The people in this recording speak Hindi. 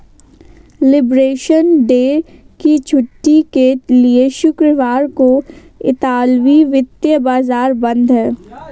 लिबरेशन डे की छुट्टी के लिए शुक्रवार को इतालवी वित्तीय बाजार बंद हैं